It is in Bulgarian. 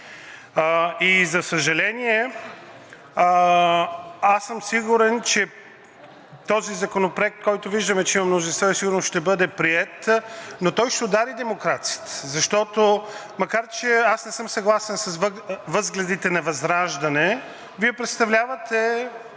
За съжаление, аз съм сигурен, че този законопроект, който виждаме, че има мнозинство и сигурно ще бъде приет, но той ще удари демокрацията, защото, макар че аз не съм съгласен с възгледите на ВЪЗРАЖДАНЕ – Вие представлявате